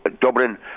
Dublin